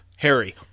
Harry